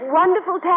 wonderful